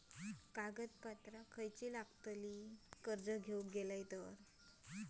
कागदपत्रा काय लागतत कर्ज घेऊक गेलो तर?